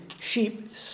sheep